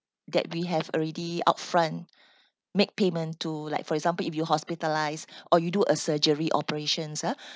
that we have already upfront make payment to like for example if you hospitalised or you do a surgery operations ah